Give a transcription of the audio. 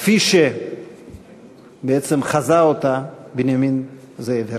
כפי שבעצם חזה אותה בנימין זאב הרצל.